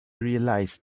realized